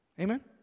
Amen